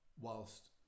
whilst